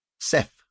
Seth